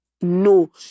no